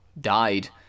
died